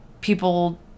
people